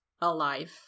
alive